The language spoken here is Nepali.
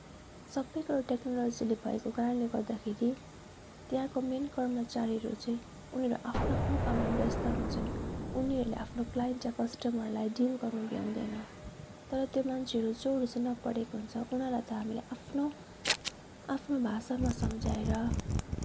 सबै कुरो टेक्नोलोजीले भएको कारणले गर्दाखेरि त्यहाँको मेन कर्मचारीहरू चाहिँ उनीहरू आफ्नो आफ्नो काममा व्यस्त हुन्छन् उनीहरूले आफ्नो क्लाइन्ट या कास्टमारलाई डिल गर्न भ्याउँदैन तर त्यो मान्छेहरू जोहरू चाहिँ नपढेको हुन्छ उनीहरूलाई त हामीले आफ्नो आफ्नो भाषामा सम्झाएर